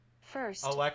First